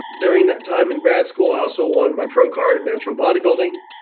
during that time in grad school i also won my pro card in natural bodybuilding.